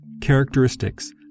characteristics